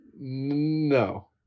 No